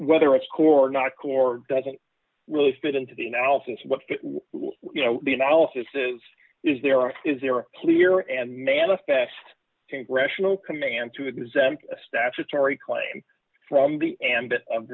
whether its core not core doesn't really fit into the analysis of what the analysis is is there or is there clear and manifest congressional command to exempt a statutory claim from the